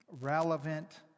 relevant